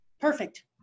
Perfect